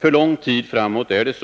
För lång tid framåt behöver